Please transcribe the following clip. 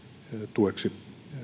tueksi